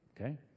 Okay